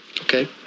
Okay